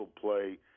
play